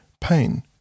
pain